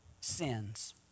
sins